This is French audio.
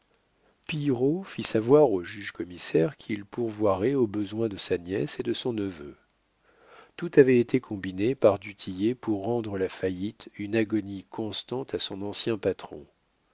fit savoir au juge commissaire qu'il pourvoirait aux besoins de sa nièce et de son neveu tout avait été combiné par du tillet pour rendre la faillite une agonie constante à son ancien patron